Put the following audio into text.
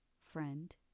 friend